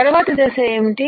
తర్వాతి దశ ఏంటి